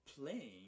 playing